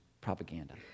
propaganda